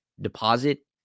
deposit